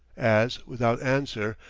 as, without answer,